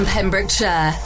Pembrokeshire